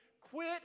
Quit